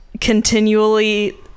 continually